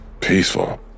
peaceful